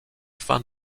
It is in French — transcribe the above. fin